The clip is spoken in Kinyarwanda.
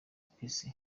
peace